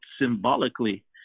symbolically